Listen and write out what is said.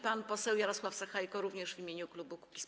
Pan poseł Jarosław Sachajko, również w imieniu klubu Kukiz’15.